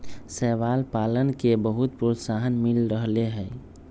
शैवाल पालन के बहुत प्रोत्साहन मिल रहले है